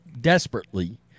desperately